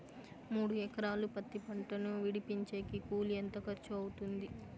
మూడు ఎకరాలు పత్తి పంటను విడిపించేకి కూలి ఎంత ఖర్చు అవుతుంది?